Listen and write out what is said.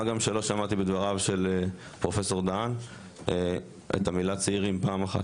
גם שלא שמעתי בדבריו של פרופסור דהן את המילה צעירים פעם אחת.